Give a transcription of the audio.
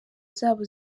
zabo